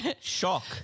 shock